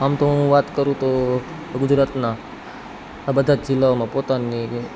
આમ તો હું વાત કરું તો ગુજરાતનાં આ બધાં જ જિલ્લાઓમાં પોતાની